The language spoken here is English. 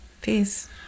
peace